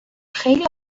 خیلی